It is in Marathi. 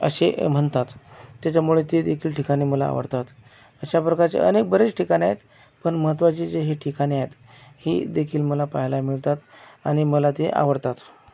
असे म्हणतात त्याच्यामुळे ते देखील ठिकाणे मला आवडतात अशाप्रकारचे अनेक बरेच ठिकाणं आहेत पण महत्वाचे जे हे ठिकाणे आहेत ही देखील मला पहायला मिळतात आणि मला ते आवडतात